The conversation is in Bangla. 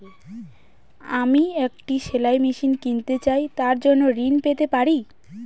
আমি একটি সেলাই মেশিন কিনতে চাই তার জন্য ঋণ পেতে পারি?